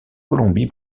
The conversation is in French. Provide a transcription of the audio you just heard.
colombie